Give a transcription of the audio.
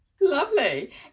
lovely